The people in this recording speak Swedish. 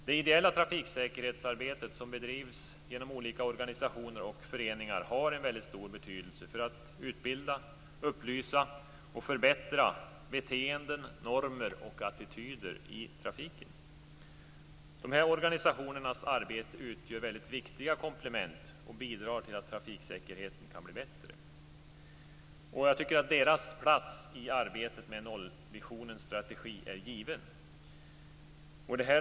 Det ideella trafiksäkerhetsarbetet, som bedrivs genom olika organisationer och föreningar, har en väldigt stor betydelse för att utbilda, upplysa och förbättra beteenden, normer och attityder i trafiken. De här organisationernas arbete utgör väldigt viktiga komplement och bidrar till att trafiksäkerheten kan bli bättre. De här organisationernas plats i arbetet med nollvisionen är därför som jag ser det given.